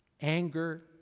anger